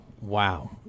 Wow